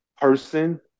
person